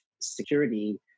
security